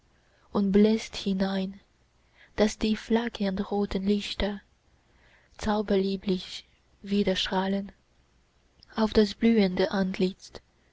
und bläst hinein daß die flackernd roten lichter zauberlieblich widerstrahlen auf das blühende antlitz